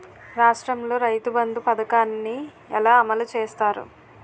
రాష్ట్రంలో రైతుబంధు పథకాన్ని ఎలా అమలు చేస్తారు?